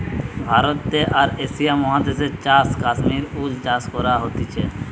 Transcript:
ভারতে আর এশিয়া মহাদেশে চাষ কাশ্মীর উল চাষ করা হতিছে